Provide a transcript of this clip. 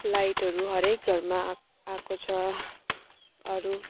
लाइटहरू हरेक घरमा आक् आएको छ अरू